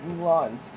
Mulan